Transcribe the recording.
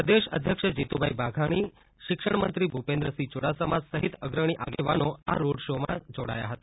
પ્રદેશ અધ્યક્ષ જીતુભાઈ વાઘાણી શિક્ષણમંત્રી ભૂપેન્દ્રસિંહ ચૂડાસમા સહિત અગ્રણી આગેવાનો આ રોડ શો માં જોડાયા હતા